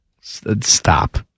Stop